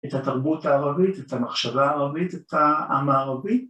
‫את התרבות הערבית, ‫את המחשבה הערבית, את העם הערבי.